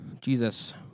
Jesus